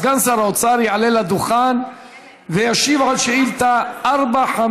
סגן שר האוצר יעלה לדוכן וישיב על שאילתה 453,